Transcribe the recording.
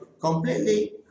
completely